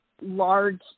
large –